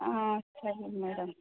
ಹಾಂ ಸರಿ ಮೇಡಮ್